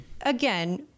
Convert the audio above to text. again